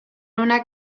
una